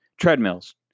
treadmills